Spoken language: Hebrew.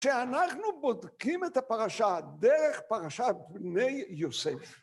שאנחנו בודקים את הפרשה דרך פרשת בני יוסף